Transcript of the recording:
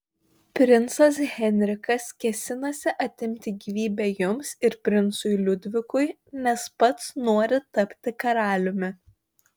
princas henrikas kėsinasi atimti gyvybę jums ir princui liudvikui nes pats nori tapti karaliumi